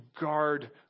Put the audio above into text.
guard